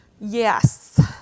Yes